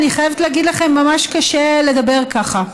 אני חייבת להגיד לכם שממש קשה לדבר ככה.